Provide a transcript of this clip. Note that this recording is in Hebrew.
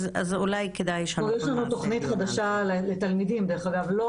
אז אולי כדאי שאנחנו נעשה דיון על זה.